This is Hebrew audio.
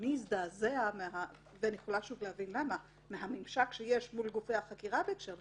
אדוני הזדעזע מהממשק שיש מול גופי החקירה בהקשר למב"דים,